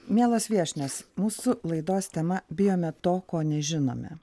mielas viešnias mūsų laidos tema bijome to ko nežinome